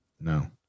No